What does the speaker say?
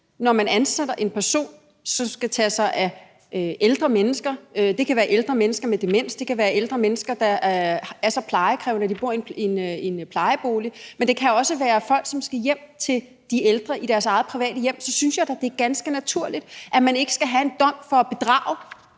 når man ansætter en person, som skal tage sig af ældre mennesker – det kan være ældre mennesker med demens, det kan være ældre mennesker, der er så plejekrævende, at de bor i en plejebolig, men det kan også være ældre, der skal have folk hjem i deres eget private hjem, så synes jeg da, det er ganske naturligt, at de ikke må have en dom for at have